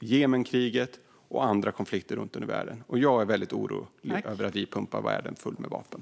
Jemenkriget och andra konflikter runt om i världen. Jag är orolig över att vi pumpar världen full med vapen.